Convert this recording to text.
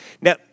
Now